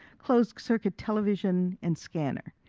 closed circuit television, and scanner.